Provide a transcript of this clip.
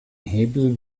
hebel